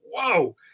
whoa